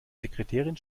sekretärin